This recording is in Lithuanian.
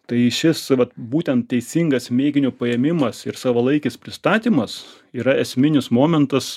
tai šis vat būtent teisingas mėginio paėmimas ir savalaikis pristatymas yra esminis momentas